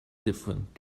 different